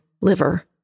liver